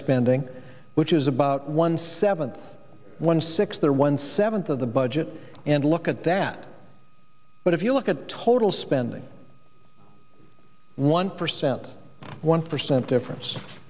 spending which is about one seventh one six there one seventh of the budget and look at that but if you look at total spending one percent one percent difference